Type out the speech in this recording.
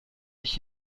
ich